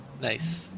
Nice